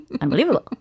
unbelievable